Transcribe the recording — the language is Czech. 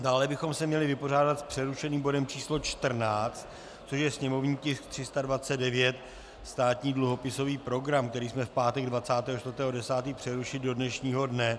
Dále bychom se měli vypořádat s přerušeným bodem číslo 14, což je sněmovní tisk 329, státní dluhopisový program, který jsme v pátek 24. 10. přerušili do dnešního dne.